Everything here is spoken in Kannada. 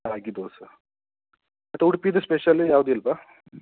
ರಾಗಿ ದೋಸೆ ಮತ್ತು ಉಡುಪೀದು ಸ್ಪೆಷಲ್ಲು ಯಾವುದೂ ಇಲ್ಲವಾ